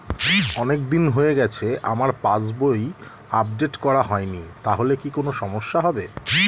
অনেকদিন হয়ে গেছে আমার পাস বই আপডেট করা হয়নি তাহলে কি কোন সমস্যা হবে?